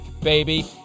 baby